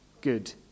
good